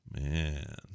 Man